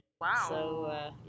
Wow